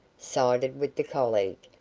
sided with the colleague,